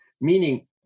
Meaning